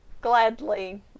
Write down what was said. gladly